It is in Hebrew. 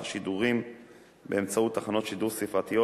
השידורים באמצעות תחנות שידור ספרתיות,